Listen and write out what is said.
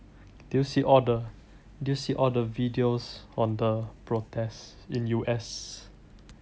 did you see all the did you see all the videos on the protest in U_S